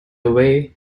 away